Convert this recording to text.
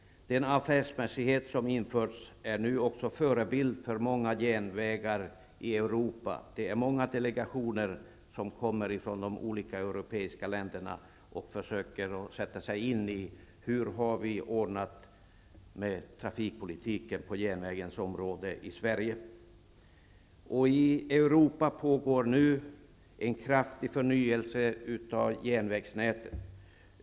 Den affärsmässighet som införts är nu också förebild för många järnvägsföretag i Europa. Det är många delegationer som kommer på besök från de olika europeiska länder för att försöka sätta sig in i hur vi i Sverige har ordnat trafikpolitiken på järnvägens område. I Europa pågår nu en kraftig förnyelse av järnvägsnätet.